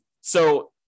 so-